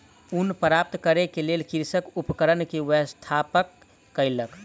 ऊन प्राप्त करै के लेल कृषक उपकरण के व्यवस्था कयलक